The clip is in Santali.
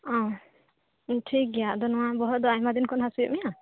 ᱳ ᱴᱷᱤᱠ ᱜᱮᱭᱟ ᱱᱚᱣᱟ ᱵᱚᱦᱚᱜ ᱫᱚ ᱟᱭᱢᱟ ᱫᱤᱱ ᱠᱷᱚᱱ ᱦᱟᱹᱥᱩᱭᱮᱫ ᱢᱮᱭᱟ